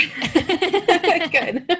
Good